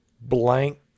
blank